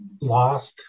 lost